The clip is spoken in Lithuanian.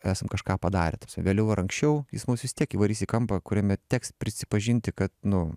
esam kažką padarę vėliau ar anksčiau jis mus vis tiek įvarys į kampą kuriame teks prisipažinti kad nu